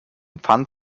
pfand